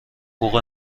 بوق